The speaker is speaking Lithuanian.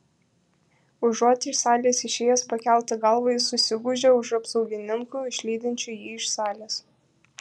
užuot iš salės išėjęs pakelta galva jis susigūžia už apsaugininkų išlydinčių jį iš salės